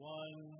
one